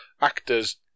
actors